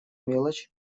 мелочь